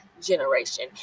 generation